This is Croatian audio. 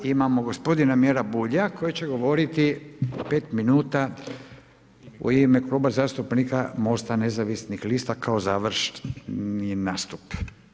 I sada imamo gospodina Miru Bulja koji će govoriti 5 minuta u ime Kluba zastupnika MOST-a nezavisnih lista kao završni nastup.